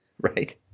Right